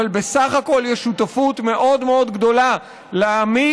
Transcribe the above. אבל בסך הכול יש שותפות מאוד מאוד גדולה להעמיק